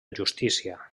justícia